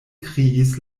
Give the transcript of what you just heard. kriis